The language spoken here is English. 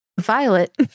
Violet